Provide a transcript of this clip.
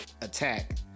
attack